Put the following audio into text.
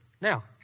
Now